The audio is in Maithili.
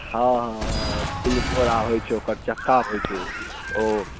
हँ हँ तिलकोरा होयत छै ओकर चक्का होयत छै ओ